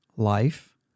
life